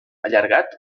allargat